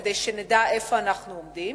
כדי שנדע איפה אנחנו עומדים,